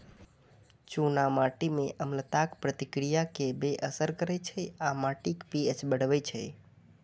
चूना माटि मे अम्लताक प्रतिक्रिया कें बेअसर करै छै आ माटिक पी.एच बढ़बै छै